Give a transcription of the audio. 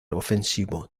ofensivo